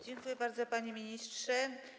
Dziękuję bardzo, panie ministrze.